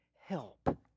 help